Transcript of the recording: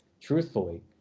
truthfully